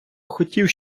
хотів